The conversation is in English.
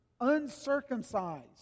uncircumcised